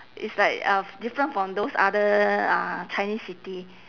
it's like uh f~ different from those other uh chinese city